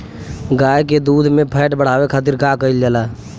गाय के दूध में फैट बढ़ावे खातिर का कइल जाला?